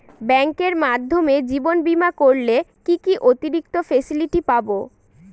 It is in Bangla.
ব্যাংকের মাধ্যমে জীবন বীমা করলে কি কি অতিরিক্ত ফেসিলিটি পাব?